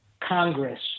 Congress